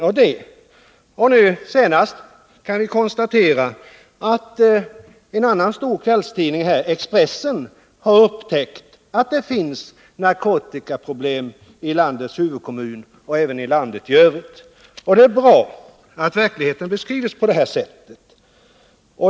Senast har vi kunnat konstatera att en annan stor kvällstidning, Expressen, har upptäckt att det finns narkotikaproblem i landets huvudkommun och även i landet i övrigt. Det är bra att verkligheten beskrivs på det här sättet.